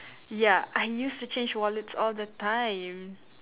ya I used to change wallets all the time